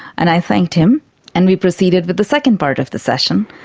and i thanked him and we proceeded with the second part of the session.